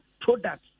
products